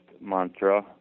mantra